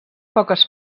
poques